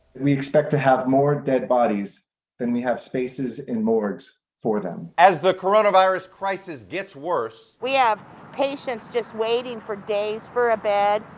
we expect to have more dead bodies than we have spaces in morgues for them. as the coronavirus crisis gets worse we have patients just waiting days for a bed.